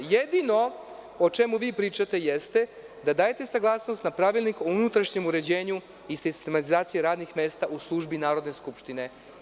Jedino vi o čemu pričate jeste da dajete saglasnost na Pravilnik o unutrašnjem uređenju i sistematizacije radnih mesta u službi Narodne skupštine.